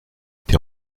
été